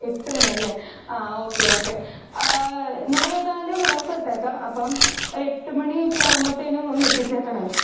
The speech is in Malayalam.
എട്ടുമണിയല്ലേ ആ ഓക്കെ ഓക്കെ ഞാൻ ഏതായാലും വിലാസമിട്ടേക്കാം അപ്പം ഒര് എട്ടുമണിയൊക്കെ ആവുമ്പോഴത്തേക്കും ഒന്ന് എത്തിച്ചേക്കണേ